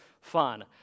fun